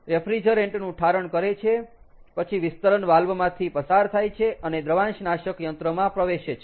refrigerant નું ઠારણ કરે છે પછી વિસ્તરણ વાલ્વ માંથી પસાર થાય છે અને દ્રવાંશનાશક યંત્રમાં પ્રવેશે છે